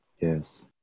Yes